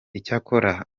icyakora